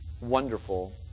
wonderful